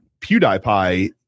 PewDiePie –